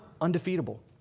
undefeatable